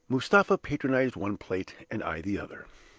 mustapha patronized one plate, and i the other.